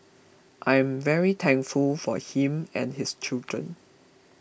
I'm very thankful for him and his children